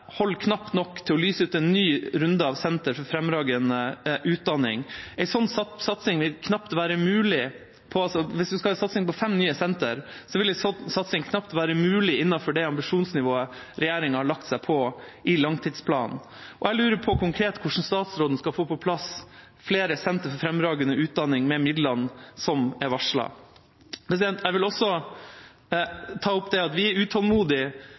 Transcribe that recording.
knapt nok til å lyse ut en ny runde av Sentre for fremragende utdanning. Hvis en skal ha en satsing på fem nye sentre, vil en sånn satsing knapt være mulig innenfor det ambisjonsnivået regjeringa har lagt seg på i langtidsplanen. Jeg lurer konkret på hvordan statsråden skal få på plass flere sentre for fremragende utdanning med midlene som er varslet. Jeg vil også ta opp dette at vi er